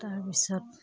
তাৰপিছত